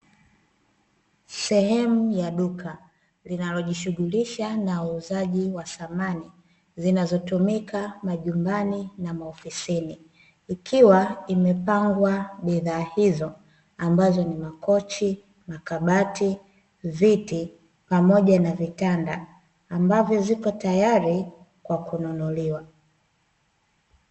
Sehemu ya duka linalojishughulisha na uuzaji wa samani, zinazotumika majumbani na maofisini, ikiwa imepangwa bidhaa hizo ambazo ni; makochi, makabati, viti, pamoja na vitanda, ambavyo ziko tayari kwa kununuliwa.